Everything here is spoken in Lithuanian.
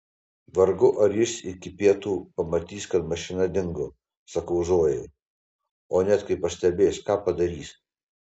vargu ar jis iki pietų pamatys kad mašina dingo sakau zojai o net kai pastebės ką padarys